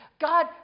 God